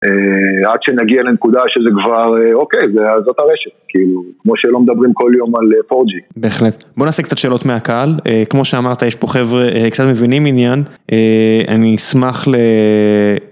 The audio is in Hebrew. עד שנגיע לנקודה שזה כבר אוקיי, זאת הרשת, כאילו, כמו שלא מדברים כל יום על 4G. בהחלט. בוא נעשה קצת שאלות מהקהל, כמו שאמרת, יש פה חבר'ה קצת מבינים עניין, אני אשמח ל...